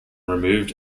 removed